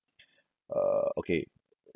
uh okay